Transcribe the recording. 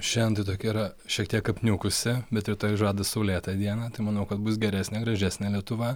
šiandien ji tokia yra šiek tiek apniukusi bet rytoj žada saulėtą dieną tai manau kad bus geresnė gražesnė lietuva